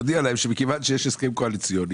להודיע להם שכיוון שיש הסכם קואליציוני,